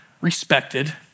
respected